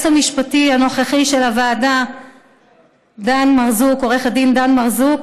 המשפטי הנוכחי של הוועדה עו"ד דן מרזוק.